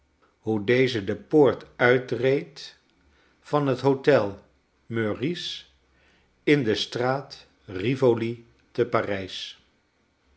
hoe deze de poort uitreed van het hotel meurice in de straat